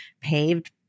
paved